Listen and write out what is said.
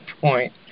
point